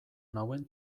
nauen